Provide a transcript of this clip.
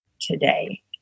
today